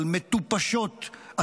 אבל הן היו מטופשות אסטרטגית,